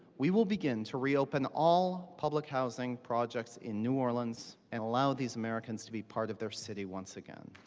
we will begin to reopen all public housing projects in new orleans and allow these americans to be part of their city once again.